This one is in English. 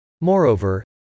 Moreover